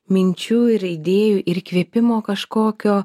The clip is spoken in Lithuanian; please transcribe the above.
minčių ir idėjų ir įkvėpimo kažkokio